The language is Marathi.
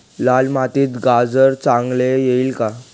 लाल मातीत गाजर चांगले येईल का?